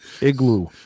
Igloo